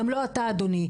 גם לא אתה אדוני,